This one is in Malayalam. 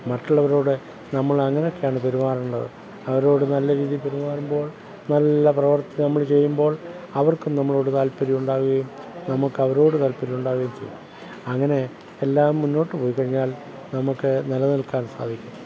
മറ്റുള്ളവരുടെ കൂടെ നമ്മളങ്ങനെയൊക്കെയാണ് പെരുമാറേണ്ടത് അവരോട് നല്ല രീതിയില് പെരുമാറുമ്പോള് നല്ല പ്രവൃത്തി നമ്മൾ ചെയ്യുമ്പോള് അവര്ക്കും നമ്മളോടു താത്പര്യം ഉണ്ടാകുകയും നമുക്കവരോടു താത്പര്യം ഉണ്ടാകുകയും ചെയ്യും അങ്ങനെ എല്ലാം മുന്നോട്ടു പോയിക്കഴിഞ്ഞാല് നമുക്കു നിലനില്ക്കാന് സാധിക്കും